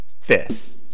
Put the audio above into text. Fifth